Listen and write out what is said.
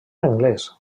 anglès